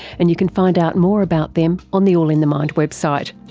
and you can find out more about them on the all in the mind website.